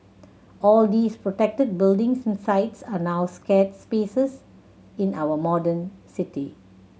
all these protected buildings and sites are our sacred spaces in our modern city